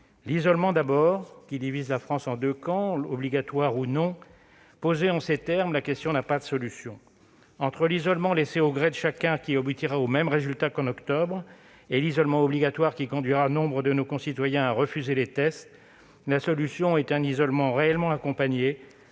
L'isolement, tout d'abord, qui divise la France en deux camps : obligatoire ou non. Posée en ces termes, la question n'a pas de solution. Entre l'isolement laissé au gré de chacun, qui aboutira au même résultat qu'en octobre dernier, et l'isolement obligatoire, qui conduira nombre de nos concitoyens à refuser les tests, la solution est un isolement réellement accompagné,